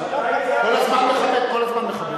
כל הזמן מכבד.